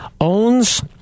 owns